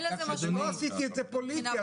לא עשיתי את זה פוליטי,